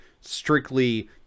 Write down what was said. strictly